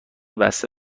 بسته